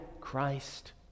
Christ